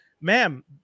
ma'am